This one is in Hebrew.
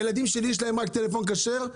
לילדים שלי יש רק טלפון כשר.